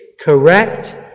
correct